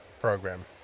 program